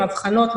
אבחנות,